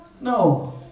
No